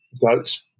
goat's